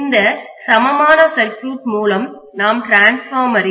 இந்த சமமான சர்க்யூட் மூலம் நாம் டிரான்ஸ்பார்மரின்